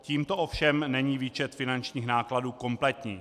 Tímto ovšem není výčet finančních nákladů kompletní.